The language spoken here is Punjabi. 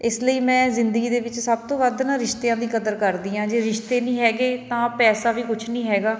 ਇਸ ਲਈ ਮੈਂ ਜ਼ਿੰਦਗੀ ਦੇ ਵਿੱਚ ਸਭ ਤੋਂ ਵੱਧ ਨਾ ਰਿਸ਼ਤਿਆਂ ਦੀ ਕਦਰ ਕਰਦੀ ਹਾਂ ਜੇ ਰਿਸ਼ਤੇ ਨਹੀਂ ਹੈਗੇ ਤਾਂ ਪੈਸਾ ਵੀ ਕੁਛ ਨਹੀਂ ਹੈਗਾ